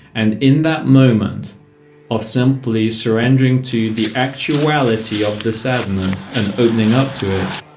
and in that moment of simply surrendering to the actuality of the sadness and opening up to it,